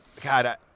God